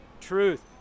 truth